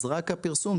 אז רק הפרסום?